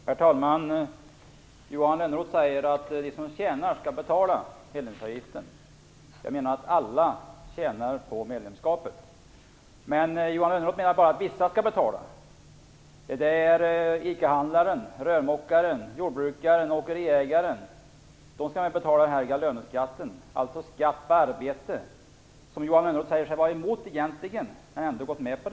Herr talman! Johan Lönnroth säger att de som tjänar skall betala medlemsavgiften. Alla tjänar på medlemskapet. Men Johan Lönnroth anser att vissa skall betala. Det är ICA-handlaren, rörmokaren, jordbrukaren och åkeriägaren som skall vara med och betala löneskatten, alltså den skatt på arbete som Johan Lönnroth säger sig egentligen vara emot men som han ändå har gått med på.